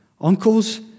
uncles